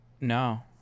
No